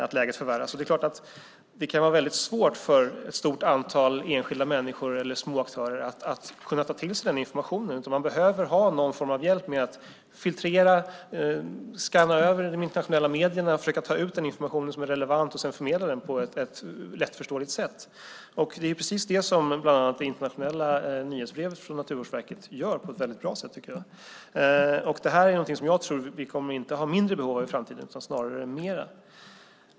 Det kan vara svårt för enskilda människor eller små aktörer att ta till sig den informationen. Man behöver hjälp med att filtrera och skanna av de internationella medierna och försöka ta ut den information som är relevant och förmedla den på ett lättförståeligt sätt. Det är precis det som bland annat det internationella nyhetsbrevet från Naturvårdsverket gör på ett väldigt bra sätt. Det är något som jag tror att vi inte kommer att ha mindre behov av i framtiden, snarare mer.